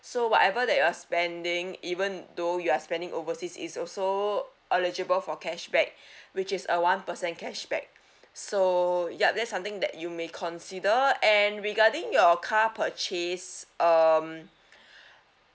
so whatever that you're spending even though you are spending overseas is also eligible for cashback which is a one percent cashback so ya that's something that you may consider and regarding your car purchase um